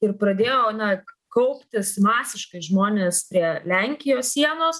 ir pradėjo na kauptis masiškai žmonės prie lenkijos sienos